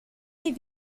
les